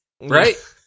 right